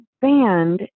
band